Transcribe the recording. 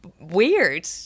weird